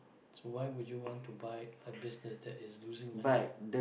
so why would you want to buy a business that is losing money